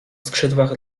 skrzydłach